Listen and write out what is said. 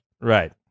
Right